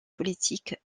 politique